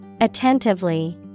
Attentively